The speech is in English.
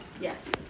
yes